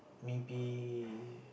maybe